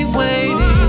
waiting